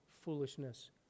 foolishness